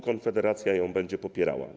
Konfederacja ją będzie popierała.